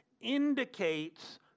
indicates